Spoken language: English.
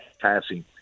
passing